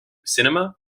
cinema